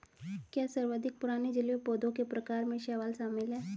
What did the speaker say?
क्या सर्वाधिक पुराने जलीय पौधों के प्रकार में शैवाल शामिल है?